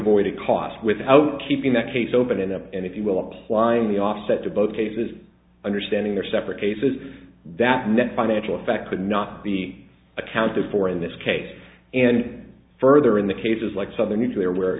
avoided costs without keeping that case open enough and if you will applying the offset to both cases understanding their separate cases that net financial effect would not be accounted for in this case and further in the cases like southern nuclear where